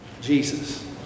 Jesus